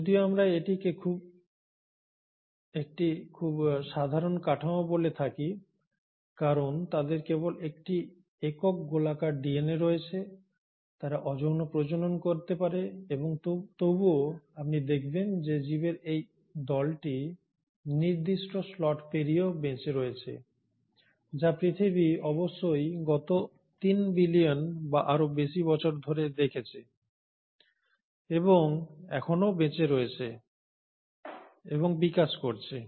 যদিও আমরা এটিকে একটি খুব সাধারণ কাঠামো বলে থাকি কারণ তাদের কেবল একটি একক গোলাকার ডিএনএ রয়েছে তারা অযৌন প্রজনন করতে পারে তবুও আপনি দেখবেন যে জীবের এই দলটি নির্দিষ্ট স্লট পেরিয়েও বেঁচে রয়েছে যা পৃথিবী অবশ্যই গত 3 বিলিয়ন বা আরো বেশি বছর ধরে দেখেছে এবং এখনও বেঁচে রয়েছে এবং বিকাশ করছে